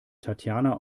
tatjana